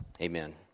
amen